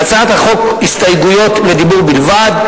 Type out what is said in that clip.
להצעת החוק הסתייגויות לדיבור בלבד.